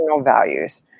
values